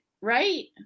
right